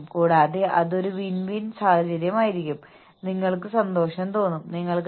വ്യക്തിഗത ആളുകളുടെ സംഭാവന വളരെ പ്രധാനമായി കാണണമെന്നില്ല പ്രത്യേകിച്ച് സപ്പോർട്ട് സ്റ്റാഫുകളുടേത്